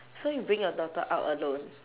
so you bring your daughter out alone